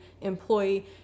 employee